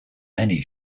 many